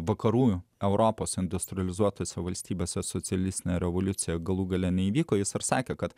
vakarų europos industrializuotose valstybėse socialistinė revoliucija galų gale neįvyko jis ar sakė kad